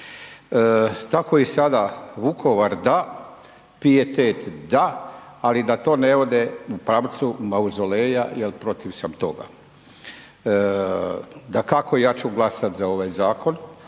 Tako i sada, Vukovar da, pijetet da, ali da to ne vode u pravcu mauzoleja jer protiv sam toga. Dakako ja ću glasati za ovaj zakon,